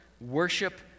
worship